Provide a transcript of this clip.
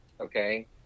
okay